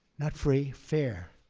not free fair.